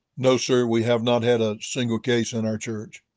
no, sir. we have not had a single case in our church.